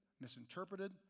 misinterpreted